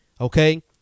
Okay